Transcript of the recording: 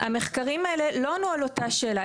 המחקרים האלה לא ענו על אותה שאלה,